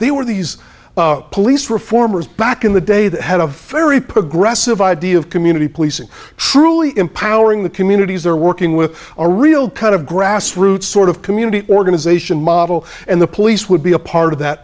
they were these police reformers back in the day that had a very progressive idea of community policing truly empowering the communities they're working with a real kind of grassroots sort of community organization model and the police would be a part of that